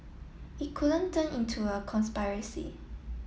it couldn't turn into a conspiracy